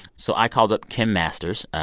so i called up kim masters.